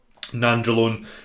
nandrolone